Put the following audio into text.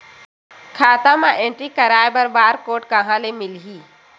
खाता म एंट्री कराय बर बार कोड कहां ले मिलही?